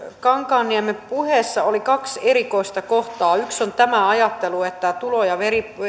kankaanniemen puheessa oli kaksi erikoista kohtaa yksi on tämä ajattelu että tulo ja